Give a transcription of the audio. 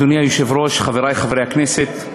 אדוני היושב-ראש, חברי חברי הכנסת,